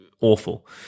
awful